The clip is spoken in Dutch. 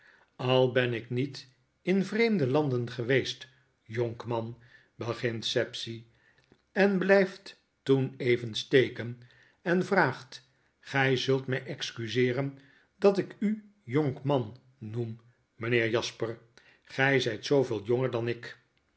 al ben ik niet in vreemde landen geweest jonkman begint sapsea en blijft toen even steken en vraagt gg zult my excuseeren dat ik u jonkman noem mijnheer jasper gij zyt zooveel jonger dan ik